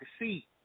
see